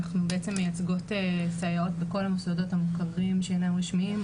אנחנו בעצם מייצגות סייעות בכל המוסדות המוכרים שאינם רשמיים.